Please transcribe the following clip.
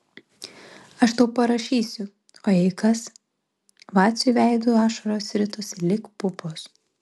aš tau parašysiu o jei kas vaciui veidu ašaros ritosi lyg pupos